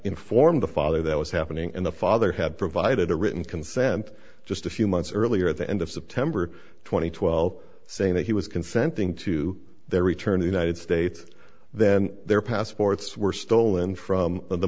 informed the father that was happening and the father had provided a written consent just a few months earlier at the end of september two thousand and twelve saying that he was consenting to their return the united states then their passports were stolen from the